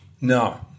No